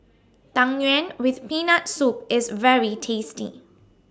Tang Yuen with Peanut Soup IS very tasty